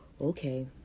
okay